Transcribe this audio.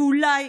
ואולי,